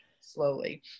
slowly